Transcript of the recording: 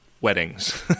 weddings